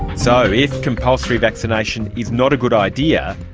so, if compulsory vaccination is not a good idea,